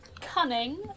cunning